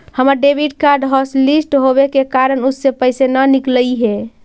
हमर debit card hotlist होवे के कारण उससे पैसे न निकलई हे